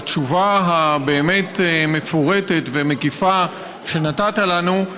על התשובה הבאמת-מפורטת ומקיפה שנתת לנו.